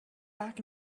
back